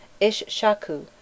Ish-shaku